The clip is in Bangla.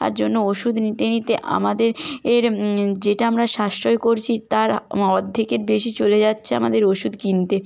তার জন্য ওষুধ নিতে নিতে আমাদের এর যেটা আমরা সাশ্রয় করছি তার অর্ধেকের বেশি চলে যাচ্ছে আমাদের ওষুধ কিনতে